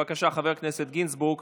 בבקשה, חבר הכנסת גינזבורג,